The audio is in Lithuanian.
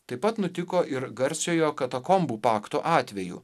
taip pat nutiko ir garsiojo katakombų pakto atveju